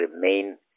remain